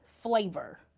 flavor